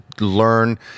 learn